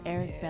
Eric